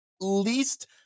least